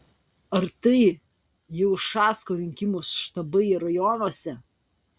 ar tai jau ušacko rinkimų štabai rajonuose